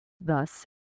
Thus